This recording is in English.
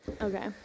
okay